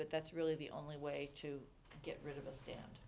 but that's really the only way to get rid of a stand